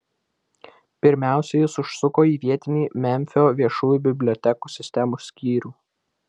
pirmiausia jis užsuko į vietinį memfio viešųjų bibliotekų sistemos skyrių